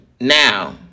Now